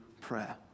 prayer